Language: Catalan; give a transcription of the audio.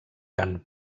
carn